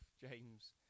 James